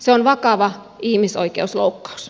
se on vakava ihmisoikeusloukkaus